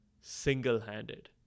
single-handed